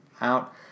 out